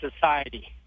Society